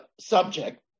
subject